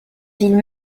ville